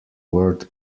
word